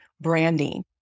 branding